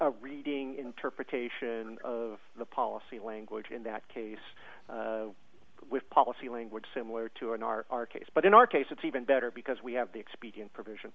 is reading interpretation of the policy language in that case with policy language similar to in our case but in our case it's even better because we have the expedient provision